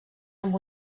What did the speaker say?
amb